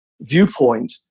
viewpoint